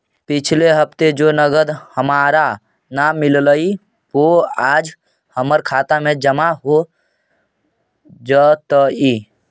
पिछले हफ्ते जो नकद हमारा न मिललइ वो आज हमर खता में जमा हो जतई